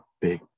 big